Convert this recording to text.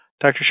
Dr